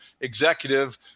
executive